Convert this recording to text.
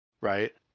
Right